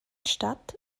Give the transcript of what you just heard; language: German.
stadt